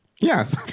Yes